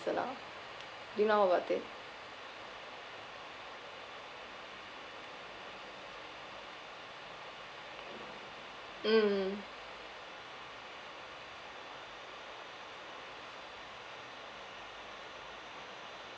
reason ah do you know about it mm